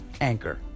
Anchor